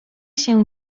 się